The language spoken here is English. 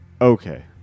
Okay